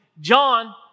John